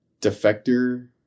defector